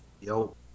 Yo